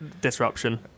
disruption